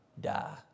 die